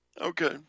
Okay